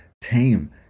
team